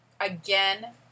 again